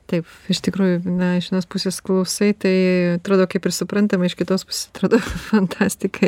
taip iš tikrųjų na iš vienos pusės klausai tai atrodo kaip ir suprantama iš kitos pusės atrodo fantastika